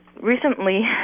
Recently